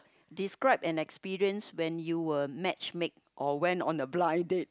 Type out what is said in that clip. describe an experience when you were match made or went on a blind date